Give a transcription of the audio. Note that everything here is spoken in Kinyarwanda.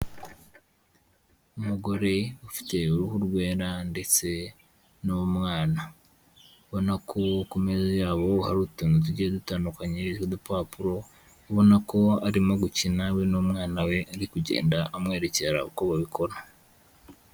Umugore ufite uruhu rwera ndetse n'umwana, ubona ko ku meza yabo hari utuntu tugiye dutandukanye nk'udupapuro, ubona ko arimo gukina we n'umwana we, ari kugenda amwerekera uko babikora.